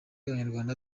abanyarwanda